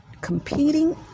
competing